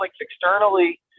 externally